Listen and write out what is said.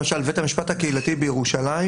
למשל בבית המשפט הקהילתי בירושלים,